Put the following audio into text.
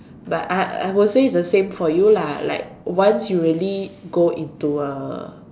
but I I would say is the same for you lah like once you really go into a